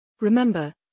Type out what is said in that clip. Remember